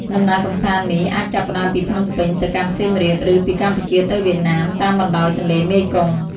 ដំណើរកម្សាន្តនេះអាចចាប់ផ្តើមពីភ្នំពេញ ទៅកាន់សៀមរាប ឬពីកម្ពុជាទៅវៀតណាម តាមបណ្តោយទន្លេមេគង្គ។